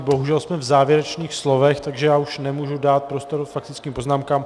Bohužel jsme v závěrečných slovech, takže já už nemůžu dát prostor k faktickým poznámkám.